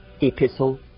epistle